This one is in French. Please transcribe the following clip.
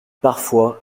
parfois